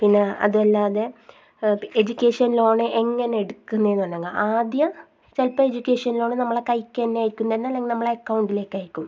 പിന്നെ അതു വല്ലാതെ എഡ്യൂക്കേഷൻ ലോണ് എങ്ങനെ എടുക്കുക എന്ന് പറഞ്ഞാൽ ആദ്യം ചിലപ്പോൾ എഡ്യൂക്കേഷൻ ലോണ് നമ്മളെ കയ്യിൽ തന്നെ അയക്കും അല്ലെങ്കിൽ നമ്മുടെ അക്കൗണ്ടിലേക്ക് അയക്കും